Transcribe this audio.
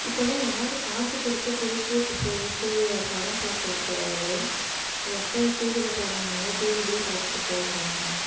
இப்போல்லாம் யாரும் காசு கொடுத்து தேட்ருக்கு போயிட்டு படம் பார்க்கறது கிடையாது எப்போ டிவியில் போடறாங்களோ டிவியிலேயே பார்த்துட்டு போயிடறாங்க